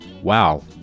Wow